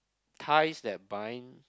ties that bind